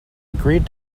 agreed